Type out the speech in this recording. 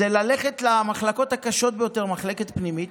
זה ללכת למחלקות הקשות ביותר, מחלקה פנימית.